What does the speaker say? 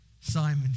Simon